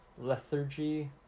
lethargy